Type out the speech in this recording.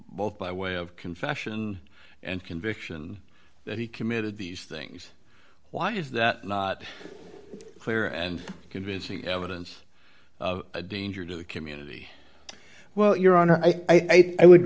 both by way of confession and conviction that he committed these things why is that not clear and convincing evidence of a danger to the community well your honor i think i would